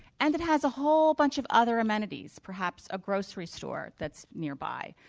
and it has a whole bunch of other amenities. perhaps a grocery store that's nearby,